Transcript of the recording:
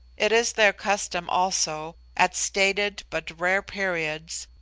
it is their custom also, at stated but rare periods,